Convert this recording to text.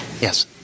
Yes